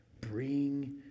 bring